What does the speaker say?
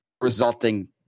resulting